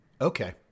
Okay